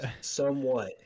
somewhat